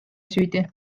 süüdi